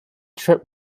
trip